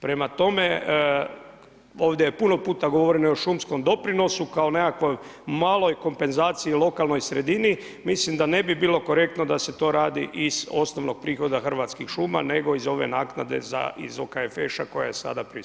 Prema tome, ovdje je puno puta govoreno i o šumskom doprinosu kako nekakvoj maloj kompenzaciji lokalnoj sredini, mislim da ne bi bilo korektno da se to radi iz osnovnog prihoda hrvatskih šuma, nego iz ove naknade iz OKFŠ-a koja je sada prisutna.